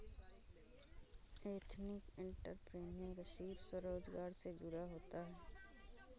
ethnic entrepreneurship स्वरोजगार से जुड़ा होता है